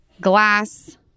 glass